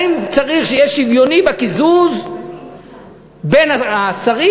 האם צריך שיהיה שוויון בקיזוז בין השרים,